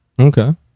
Okay